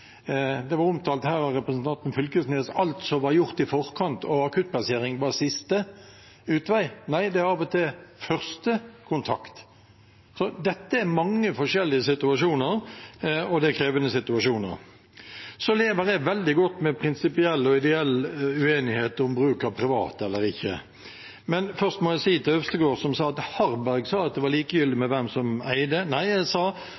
Det var omtalt her av representanten Knag Fylkesnes alt som var gjort i forkant, og akuttplassering var siste utvei. Nei, det er av og til første kontakt. Dette er mange forskjellige situasjoner, og det er krevende situasjoner. Så lever jeg veldig godt med prinsipiell og ideell uenighet om bruk av private eller ikke. Men først til representanten Øvstegård, som sa at Harberg sa at det var likegyldig hvem som eide. Nei, jeg sa: